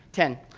ten